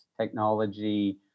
technology